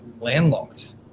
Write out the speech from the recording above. landlocked